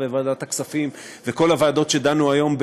ועדת הכספים וכל הוועדות שדנו בהן היום,